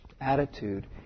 attitude